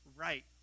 right